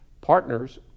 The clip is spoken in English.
Partners